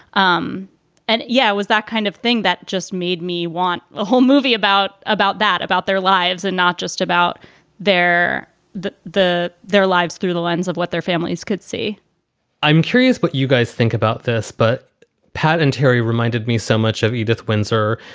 um and yeah, it was that kind of thing that just made me want a whole movie about about that, about their lives and not just about their the the their lives through the lens of what their families could see i'm curious what you guys think about this, but pat and terry reminded me so much of edith windsor,